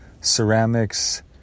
ceramics